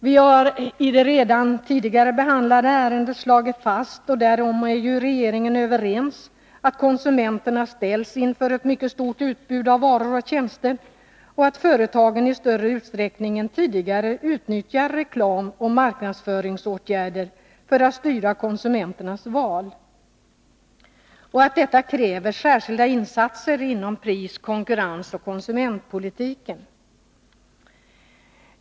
Vi har redan i det tidigare behandlade ärendet slagit fast — och därom är ju regeringen överens — att konsumenterna ställs inför ett mycket stort utbud av varor och tjänster, att företagen i större utsträckning än tidigare utnyttjar reklam och marknadsföringsåtgärder för att styra konsumenternas val samt att detta kräver särskilda insatser inom pris-, konkurrensoch konsumentpolitiken.